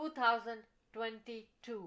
2022